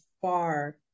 far